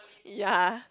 ya